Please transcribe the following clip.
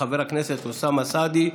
חבר הכנסת אוסאמה סעדי,